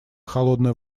холодной